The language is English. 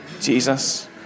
Jesus